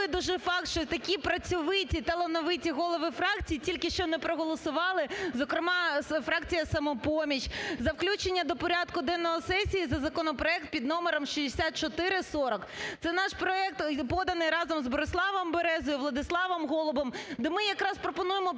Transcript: дивує дуже факт, що такі працьовиті, талановиті голови фракцій тільки що не проголосували, зокрема, фракція "Самопоміч", за включення до порядку денного сесії за законопроект під номером 6440. Це наш проект, поданий разом з Бориславом Березою, Владиславом Голубом, де ми якраз пропонуємо